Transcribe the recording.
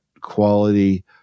quality